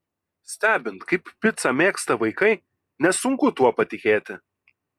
stebint kaip picą mėgsta vaikai nesunku tuo patikėti